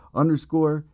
underscore